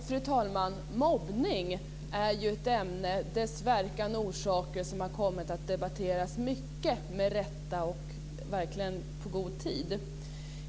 Fru talman! Mobbning och dess verkan och orsak är ett ämne som kommit att debatteras mycket, med rätta och verkligen på god tid.